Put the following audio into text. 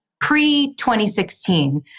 pre-2016